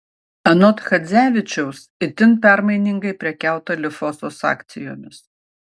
anot chadzevičiaus itin permainingai prekiauta lifosos akcijomis